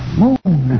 moon